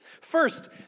First